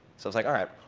so it's like, all right.